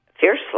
fiercely